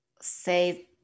say